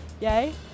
Yay